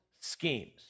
schemes